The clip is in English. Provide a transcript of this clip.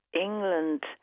England